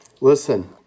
listen